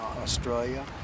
Australia